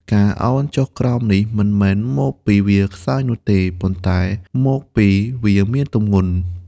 ការឱនចុះក្រោមនេះ មិនមែនមកពីវាខ្សោយនោះទេ ប៉ុន្តែមកពីវាមានទម្ងន់។